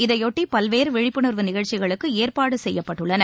இதையொட்டி பல்வேறு விழிப்புணர்வு நிகழ்ச்சிகளுக்கு ஏற்பாடு செய்யப்பட்டுள்ளது